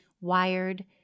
Wired